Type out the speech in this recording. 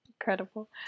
Incredible